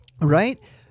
Right